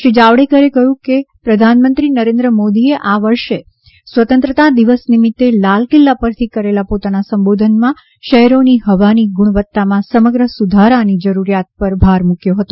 શ્રી જાવડેકરે કહ્યું કે પ્રધાનમંત્રી નરેન્દ્ર મોદીએ આ વર્ષે સ્વતંત્રતા દિવસ નિમિત્તે લાલ કિલ્લા પરથી કરેલા પોતાના સંબોધનમાં શહેરોની હવાની ગુણવત્તામાં સમગ્ર સુધારાની જરૂરિયાત પર ભાર મૂક્યો હતો